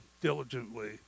diligently